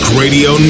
radio